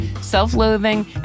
self-loathing